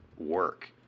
Work